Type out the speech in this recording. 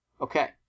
Okay